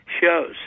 shows